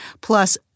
plus